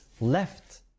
left